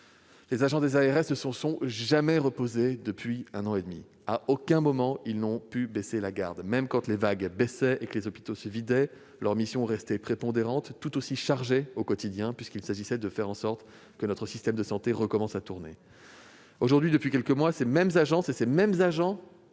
Les agents des ARS ne se sont jamais reposés depuis un an et demi. À aucun moment ils n'ont pu baisser la garde. Même quand les vagues diminuaient et que les hôpitaux se vidaient, leur mission restait prépondérante, tout aussi chargée au quotidien puisqu'il fallait que notre système de santé recommence à fonctionner normalement. Aujourd'hui, et depuis quelques mois, ces mêmes agences et ces mêmes agents